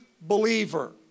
believer